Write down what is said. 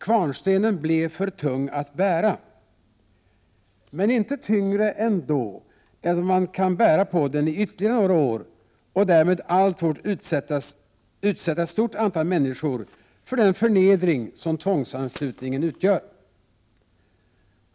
Kvarnstenen blev för tung att bära, men inte tyngre ändå än att socialdemokraterna kan bära på den i ytterligare några år och därmed alltfort utsätta ett stort antal människor för den förnedring som tvångsanslutningen utgör.